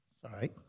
Sorry